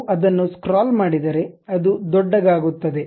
ನೀವು ಅದನ್ನು ಸ್ಕ್ರಾಲ್ ಮಾಡಿದರೆ ಅದು ದೊಡ್ಡಗಾಗುತ್ತದೆ